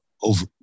over